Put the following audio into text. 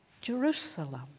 Jerusalem